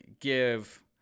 give